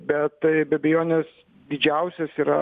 bet be abejonės didžiausias yra